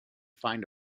find